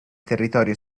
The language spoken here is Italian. territorio